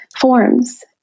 forms